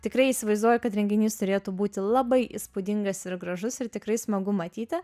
tikrai įsivaizduoju kad renginys turėtų būti labai įspūdingas ir gražus ir tikrai smagu matyti